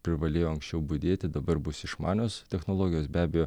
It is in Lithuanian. privalėjo anksčiau budėti dabar bus išmanios technologijos be abejo